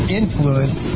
influence